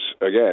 again